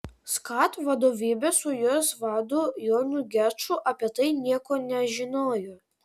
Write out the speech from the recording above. skat vadovybė su jos vadu jonu geču apie tai nieko nežinojo